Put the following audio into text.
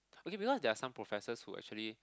okay because there are some professors who actually